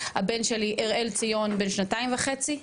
הבן שלי הראל ציון בן שנתיים וחצי,